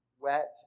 wet